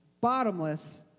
bottomless